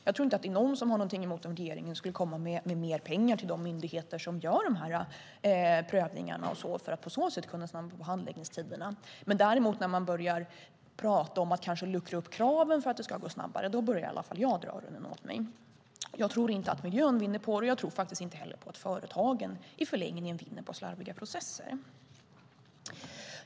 Jag tror inte att det finns någon som kan ha någonting emot att regeringen kan komma med mer pengar till de myndigheter som gör prövningarna för att på så sätt förkorta handläggningstiderna. Men när man däremot börjar tala om att kanske luckra upp kraven för att det ska gå snabbare börjar i varje fall jag dra öronen åt mig. Jag tror inte att miljön vinner på det, och jag tror inte heller att företagen i förlängningen vinner på slarviga processer.